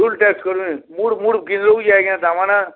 ଫୁଲ୍ test କର୍ଲେ ମୁଡ଼୍ ମୁଡ଼୍ କିନ୍ନ୍ଦରଉଛେ ଆଜ୍ଞା ତା'ର୍ମାନେ